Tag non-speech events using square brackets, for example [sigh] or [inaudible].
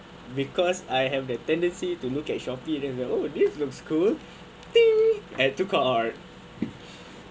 because I have the tendency to look at shopee and then oh this looks cool [noise] add to cart